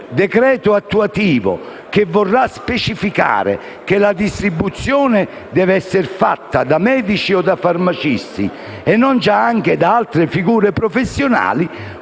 decreto attuativo che vorrà specificare che la distribuzione debba essere fatta da medici o da farmacisti, e non già anche da altre figure professionali,